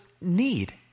need